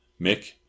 Mick